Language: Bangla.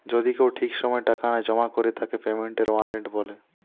যদি কেউ ঠিক সময় টাকা না জমা করে তাকে পেমেন্টের ওয়ারেন্ট বলে